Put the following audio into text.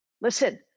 Listen